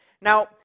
Now